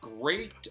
great